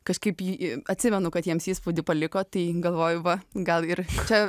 kažkaip ji atsimenu kad jiems įspūdį paliko tai galvoju va gal ir čia